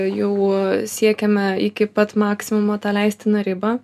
jau siekiame iki pat maksimumo tą leistiną ribą